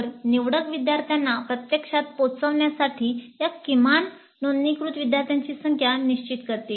तर निवडक विद्यार्थ्यांना प्रत्यक्षात पोहचवण्यासाठी या किमान नोंदणीकृत विद्यार्थ्यांची संख्या निश्चित करते